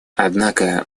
однако